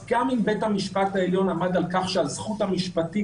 גם אם בית המשפט העליון עמד על כך שהזכות המשפטית